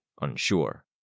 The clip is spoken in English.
unsure